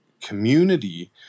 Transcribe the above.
community